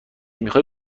میخوای